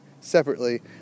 separately